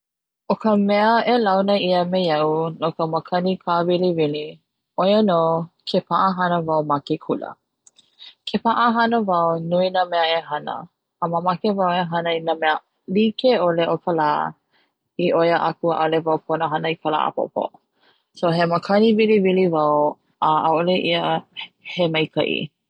O ka mea e launa me iaʻu no ka makani kawiliwili, ʻoia no ke paʻahana wau ma ke kula, ke paʻahana wau nui na mea e hana a mamake wau e hana i na mea likeʻole o ka lā, i ʻoi ia aku ʻaʻole pono e hana i ka la ʻapopo, he makani kawiliwili wau a ʻaʻole ia he mea maikaʻi.